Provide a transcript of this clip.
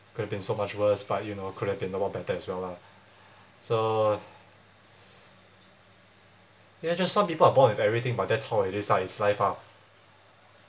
could have been so much worse but you know could have been a lot better as well lah so ya just some people are born with everything but that's how it is ah it's life ah